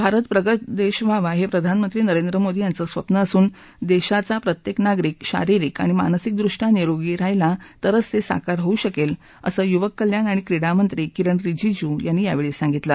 भारत प्रगत देश व्हावा हे प्रधानमंत्री नरेंद्र मोदी यांचं स्वप्न असून देशाचा प्रत्येक नागरिक शारिरिक आणि मानसिक दृष्ट्या निरोगी राहिला तरच ते साकार होऊ शकेल असं युवक कल्याण आणि क्रीडामंत्री किरण रिजिजू यांनी यावेळी सांगितलं